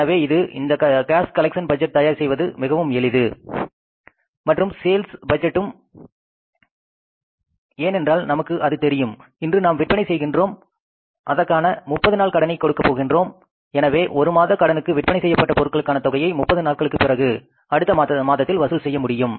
எனவே இது இந்த கேஸ் கலெக்ஷன் பட்ஜெட் தயார் செய்வது மிகவும் எளிது மற்றும் சேல்ஸ் பட்ஜெட்டும் ஏனென்றால் நமக்கு அது தெரியும் இன்று நாம் விற்பனை செய்கின்றோம் அதற்கான 30 நாள் கடனை கொடுக்கப் போகின்றோம் எனவே ஒரு மாத கடனுக்கு விற்பனை செய்யப்பட்ட பொருட்களுக்கான தொகையை 30 நாட்களுக்குப் பிறகு அடுத்த மாதத்தில் வசூல் செய்ய முடியும்